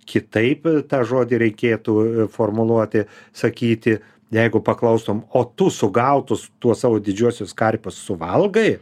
kitaip tą žodį reikėtų formuluoti sakyti jeigu paklaustum o tu sugautus tuos savo didžiuosius karpius suvalgai